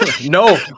No